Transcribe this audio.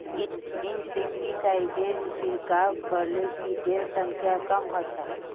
इंसेक्टिसाइडेर छिड़काव करले किटेर संख्या कम ह छ